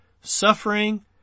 suffering